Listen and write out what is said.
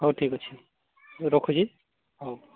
ହଉ ଠିକ୍ ଅଛି ରଖୁଛି ହଉ